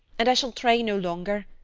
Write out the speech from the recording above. and i shall try no longer.